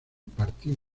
partido